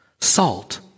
Salt